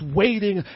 waiting